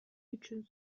үчүн